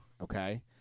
okay